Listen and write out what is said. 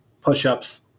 push-ups